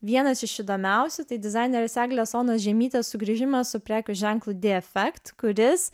vienas iš įdomiausių tai dizainerės eglės onos žiemytės sugrįžimas su prekių ženklu d efect kuris